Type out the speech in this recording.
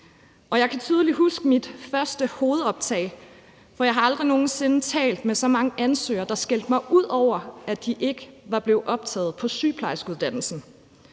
og jeg kan tydeligt huske mit første hovedoptag, for jeg har aldrig nogen sinde talt med så mange ansøgere, der skældte mig ud over, at de ikke var blevet optaget på sygeplejerskeuddannelsen.